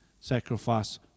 sacrifice